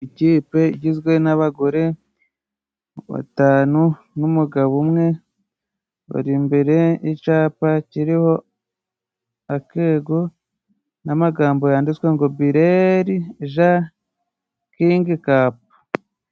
Ikipe igizwe n'abagore batanu n'umugabo umwe, bari imbere y'icapa ciriho akego n'amagambo yanditswe ngo bireri ja kingi kapu.